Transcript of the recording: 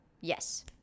yes